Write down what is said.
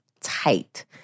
tight